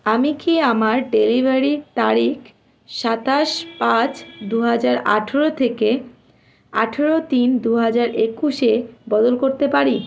আমি কি আমার ডেলিভারির তারিখ সাতাশ পাঁচ দু হাজার আঠেরো থেকে আঠেরো তিন দু হাজার একুশে বদল করতে পারি